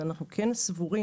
אבל אנחנו כן סבורים,